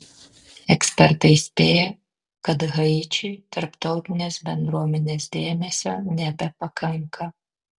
ekspertai įspėja kad haičiui tarptautinės bendruomenės dėmesio nebepakanka